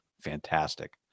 fantastic